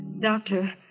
Doctor